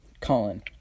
Colin